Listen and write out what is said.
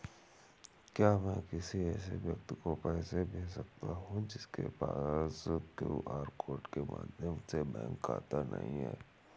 क्या मैं किसी ऐसे व्यक्ति को पैसे भेज सकता हूँ जिसके पास क्यू.आर कोड के माध्यम से बैंक खाता नहीं है?